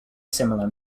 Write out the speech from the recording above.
similar